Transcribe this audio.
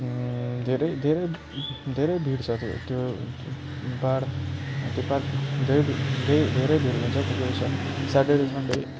धेरै धेरै धेरै भिड छ त्यो त्यो पार्क त्यो पार्क धेरै भिड धेरै धेरै भिड हुन्छ सेटर्डे सन्डे